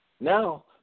Now